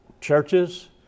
churches